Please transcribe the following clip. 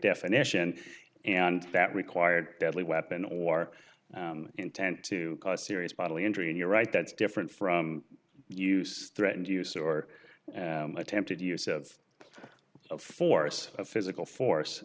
definition and that required deadly weapon or intent to cause serious bodily injury and you're right that's different from use threatened use or attempted use of force physical